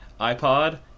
iPod